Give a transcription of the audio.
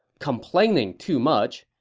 complaining too much,